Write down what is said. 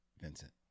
Vincent